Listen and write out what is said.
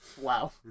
Wow